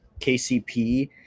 KCP